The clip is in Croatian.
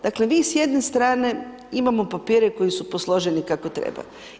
Dakle, vi s jedne strane imamo papire koji su posloženi kako treba.